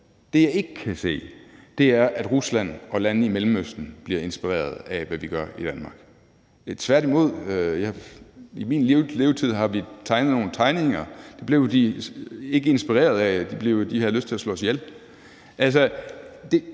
Det, jeg ikke kan se, er, at Rusland og lande i Mellemøsten bliver inspireret af, hvad vi gør i Danmark – tværtimod. I min levetid har vi tegnet nogle tegninger, det blev de ikke inspireret af, de havde lyst til at slå os ihjel.